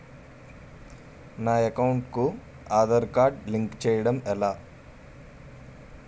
నా అకౌంట్ కు Aadhaar card link చేయడం ఎలా?